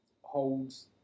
holds